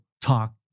talk